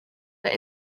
but